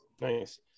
Nice